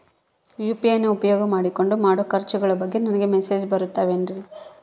UPI ನ ಉಪಯೋಗ ಮಾಡಿಕೊಂಡು ಮಾಡೋ ಖರ್ಚುಗಳ ಬಗ್ಗೆ ನನಗೆ ಮೆಸೇಜ್ ಬರುತ್ತಾವೇನ್ರಿ?